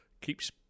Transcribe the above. keeps